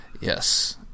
Yes